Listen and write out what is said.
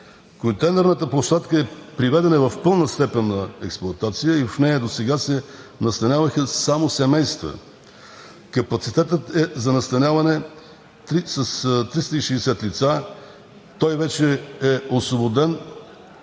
Контейнерната площадка е приведена в пълна степен на експлоатация и в нея досега се настаняваха само семейства. Капацитетът е за настаняване на 360 лица. Той вече е освободен